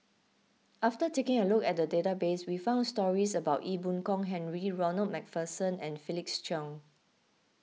after taking a look at the database we found stories about Ee Boon Kong Henry Ronald MacPherson and Felix Cheong